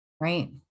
Right